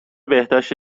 بهداشت